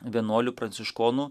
vienuolių pranciškonų